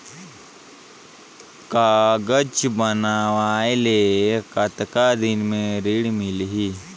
कागज बनवाय के कतेक दिन मे ऋण मिलही?